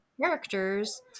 characters